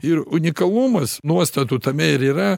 ir unikalumas nuostatų tame ir yra